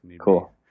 cool